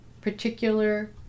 particular